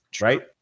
right